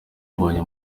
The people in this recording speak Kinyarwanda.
mbonyi